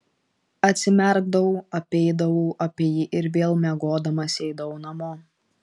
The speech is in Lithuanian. atsimerkdavau apeidavau apie jį ir vėl miegodamas eidavau namo